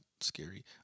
scary